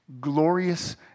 glorious